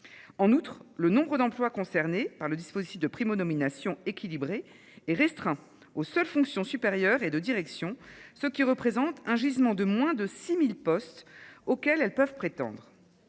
En outre, le nombre d'emplois concernés par le dispositif de prime aux nominations équilibrées est restreint aux seules fonctions supérieures et de direction, ce qui représente un gisement de moins de 6000 postes auxquels elles peuvent prétendre.